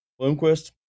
Bloomquist